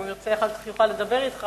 אם הוא ירצה הוא יוכל לדבר אתך,